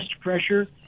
pressure